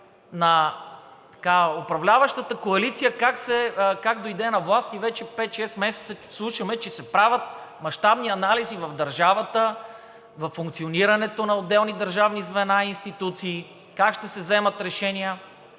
на управляващата коалиция как дойде на власт и вече пет – шест месеца слушаме, че се правят мащабни анализи в държавата, във функционирането на отделни държавни звена и институции, как ще се вземат решения